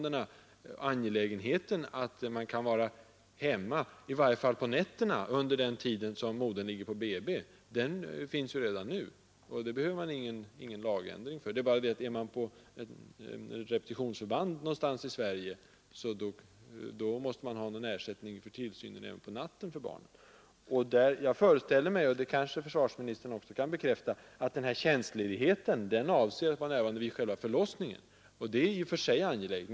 Det angelägna i att den värnpliktige kan vara hemma, i varje fall under nätterna under den tid barnets moder ligger på BB, kan man redan nu inse — det behöver vi ingen lagändring för. Men är den värnpliktige på ett repetitionsförband någonstans i Sverige, måste man på något sätt ordna tillsynen av barnet även på natten. Jag föreställer mig — det kanske försvarsministern kan bekräfta — att tjänstledigheten är avsedd för värnpliktiga som vill vara närvarande vid själva förlossningen, och det är i och för sig angeläget.